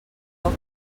poc